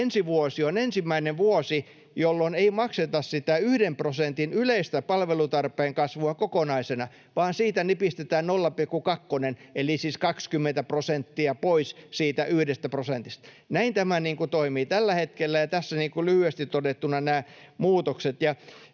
ensi vuosi on ensimmäinen vuosi, jolloin ei makseta sitä yhden prosentin yleistä palvelutarpeen kasvua kokonaisena vaan siitä yhdestä prosentista nipistetään 0,2 eli siis 20 prosenttia pois. Näin tämä toimii tällä hetkellä, ja tässä lyhyesti todettuna nämä muutokset.